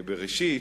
פרשת בראשית,